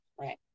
Right